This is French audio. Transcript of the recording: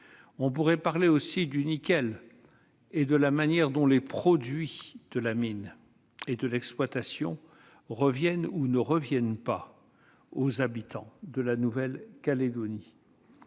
aussi parler du nickel et de la manière dont les produits de la mine et de l'exploitation reviennent, ou ne reviennent pas, aux habitants de la Nouvelle-Calédonie.